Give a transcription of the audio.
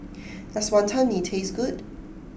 does Wonton Mee taste good